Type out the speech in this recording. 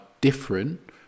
different